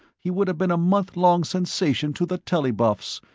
he would have been a month long sensation to the telly buffs,